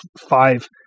five